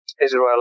Israel